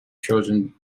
chosen